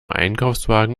einkaufswagen